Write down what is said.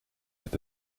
met